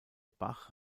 bach